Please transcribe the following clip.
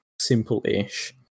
simple-ish